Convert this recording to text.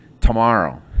tomorrow